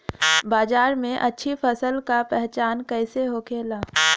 बाजार में अच्छी फसल का पहचान कैसे होखेला?